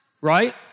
Right